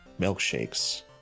milkshakes